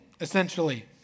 essentially